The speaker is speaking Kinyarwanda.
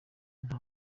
nta